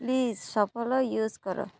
please shuffle use କର